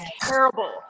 terrible